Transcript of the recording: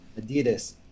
Adidas